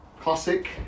Classic